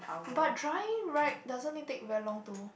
but drying right doesn't it take very long to